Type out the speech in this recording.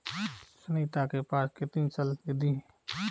सुनीता के पास कितनी चल निधि है?